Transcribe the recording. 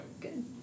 good